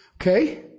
Okay